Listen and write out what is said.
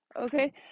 okay